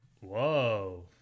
Whoa